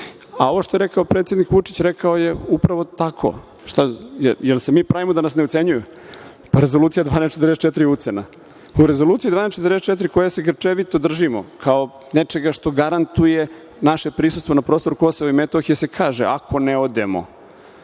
što je rekao predsednik Vučić rekao je upravo tako. Da li se mi pravimo da nas ne ucenjuju? Rezolucija 1244 je ucena. U Rezoluciji 1244 koje se grčevito držimo kao nečega što garantuje naše prisustvo na prostoru Kosova i Metohije se kaže – ako ne odemo.